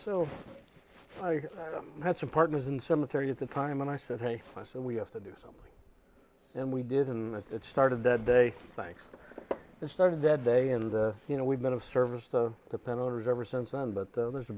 so i had some partners in cemetery at the time and i said hey i said we have to do something and we did and that started the day thanks to the start of that day and you know we've been of service to the pen owners ever since then but there's a